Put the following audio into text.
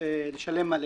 מחיר מלא.